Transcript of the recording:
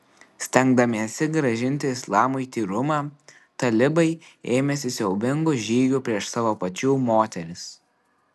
stengdamiesi grąžinti islamui tyrumą talibai ėmėsi siaubingų žygių prieš savo pačių moteris